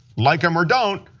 like him or don't,